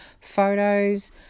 photos